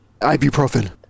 ibuprofen